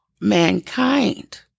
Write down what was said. mankind